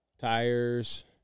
Tires